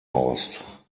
host